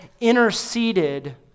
interceded